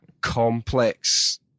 complex